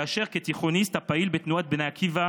כאשר כתיכוניסט הפעיל בתנועות בני עקיבא